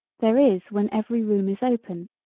there is when every room is open.